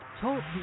talk